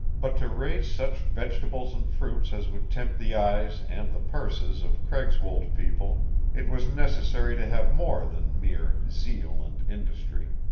but to raise such vegetables and fruits as would tempt the eyes and the purses of craigswold people it was necessary to have more than mere zeal and industry.